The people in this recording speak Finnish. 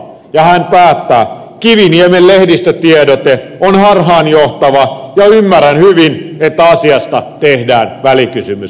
kiviniemen lehdistötiedote on harhaanjohtava ja ymmärrän hyvin että asiasta tehdään välikysymys